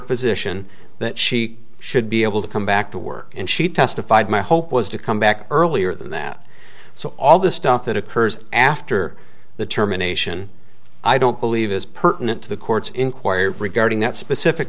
physician that she should be able to come back to work and she testified my hope was to come back earlier than that so all the stuff that occurs after the terminations i don't believe is pertinent to the court's inquiry regarding that specific